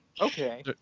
Okay